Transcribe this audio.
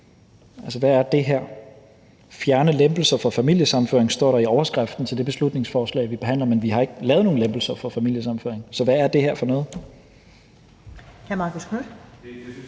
Altså, hvad er »det her«? Fjerne lempelser for familiesammenføring står der i overskriften til det beslutningsforslag, vi behandler, men vi har ikke lavet nogen lempelser for familiesammenføring, så hvad er »det her« for noget?